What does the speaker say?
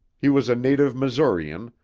he was a native missourian,